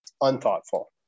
unthoughtful